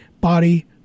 body